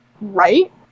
Right